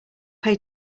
pay